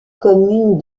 commune